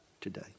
today